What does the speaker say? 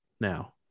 now